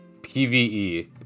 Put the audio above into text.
PVE